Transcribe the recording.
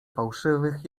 fałszywych